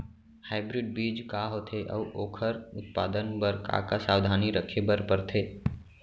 Hybrid बीज का होथे अऊ ओखर उत्पादन बर का का सावधानी रखे बर परथे?